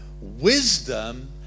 wisdom